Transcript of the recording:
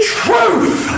truth